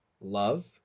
love